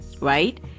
right